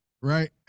right